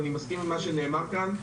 ואני מסכים עם מה שנאמר כאן.